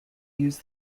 use